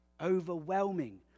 Overwhelming